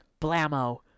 blammo